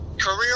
Career